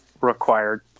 required